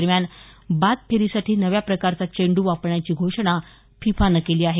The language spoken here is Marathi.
दरम्यान बाद फेरीसाठी नव्या प्रकारचा चेंडू वापरण्याची घोषणा फिफानं केली आहे